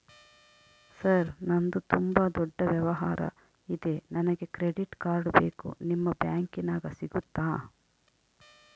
Sir ನಂದು ತುಂಬಾ ದೊಡ್ಡ ವ್ಯವಹಾರ ಇದೆ ನನಗೆ ಕ್ರೆಡಿಟ್ ಕಾರ್ಡ್ ಬೇಕು ನಿಮ್ಮ ಬ್ಯಾಂಕಿನ್ಯಾಗ ಸಿಗುತ್ತಾ?